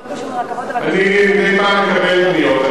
לא קשור לרכבות אבל, אני מדי פעם מקבל פניות.